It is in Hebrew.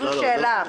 זאת השאלה.